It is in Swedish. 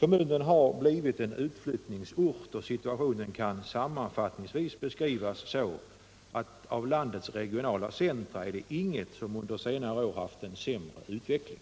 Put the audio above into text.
Kommunen har blivit en utflyttningsort och situationen kan sammanfattningsvis beskrivas så, att av landets regionala centra är det inget som under senare år haft en sämre utveckling.